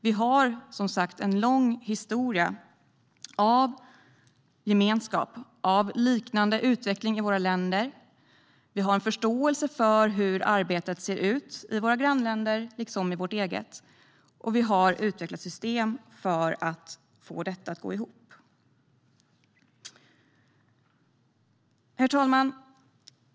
Vi har som sagt en lång historia av gemenskap och liknande utveckling i våra länder. Vi har förståelse för hur arbetet ser ut i våra grannländer liksom i vårt eget, och vi har utvecklat system för att få detta att gå ihop. Herr talman!